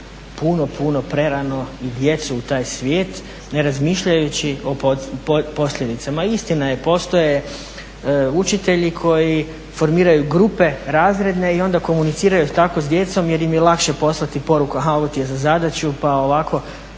puno, puno prerano i djecu u taj svijet, ne razmišljajući o posljedicama. Istina je, postoje učitelji koji formiraju grupe razredne i onda komuniciraju tako s djecom jer im je lakše poslati poruku ovo ti je zadaću, pa ovako